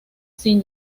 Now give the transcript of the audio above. sin